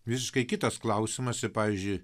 visiškai kitas klausimas ir pavyzdžiui